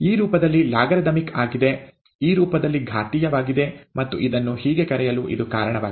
ಈ ರೂಪದಲ್ಲಿ ಲಾಗರಿಥಮಿಕ್ ಆಗಿದೆ ಈ ರೂಪದಲ್ಲಿ ಘಾತೀಯವಾಗಿದೆ ಮತ್ತು ಇದನ್ನು ಹೀಗೆ ಕರೆಯಲು ಇದು ಕಾರಣವಾಗಿದೆ